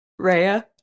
Raya